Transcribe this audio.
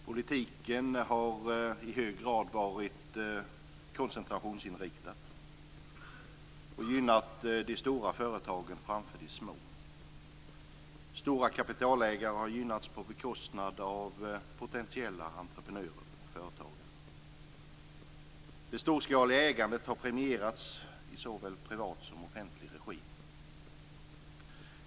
Politiken har i hög grad varit koncentrationsinriktad och gynnat de stora företagen framför de små. Stora kapitalägare har gynnats på bekostnad av potentiella entreprenörer och företagare. Det storskaliga ägandet har premierats i såväl privat som offentlig regi.